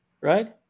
Right